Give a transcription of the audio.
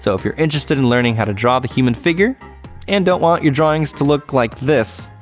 so if you're interested in learning how to draw the human figure and don't want your drawings to look like this,